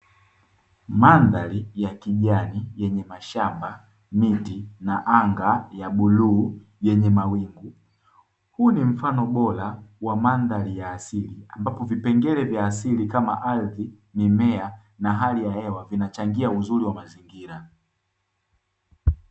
Mandhari yenye kijani yenye mashamba, miti na anga ya bluu yenye mawingu, huu ni mfano bora wa mandhari ya asili ambapo vipengele vya asili kama ardhi, mimea na hali ya hewa vimechangia uzuri wa mazingira.